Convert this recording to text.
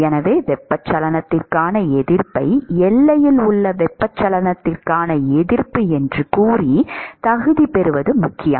எனவே வெப்பச்சலனத்திற்கான எதிர்ப்பை எல்லையில் உள்ள வெப்பச்சலனத்திற்கான எதிர்ப்பு என்று கூறி தகுதி பெறுவது முக்கியம்